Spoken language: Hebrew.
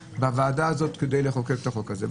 בוועדה הזאת כדי לחוקק את החוק הזה.